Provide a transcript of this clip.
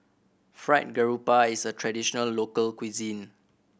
Fried Garoupa is a traditional local cuisine